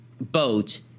boat